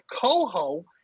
Coho